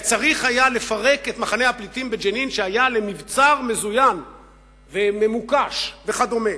צריך היה לפרק את מחנה הפליטים בג'נין שהיה למבצר מזוין וממוקש וכדומה.